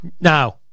Now